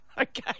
Okay